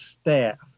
staff